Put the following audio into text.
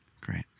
great